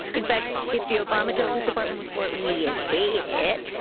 in fact, if the obama justice department was for it, we hate it.